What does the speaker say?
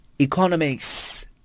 Economics